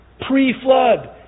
Pre-flood